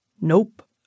Nope